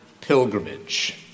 pilgrimage